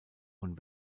und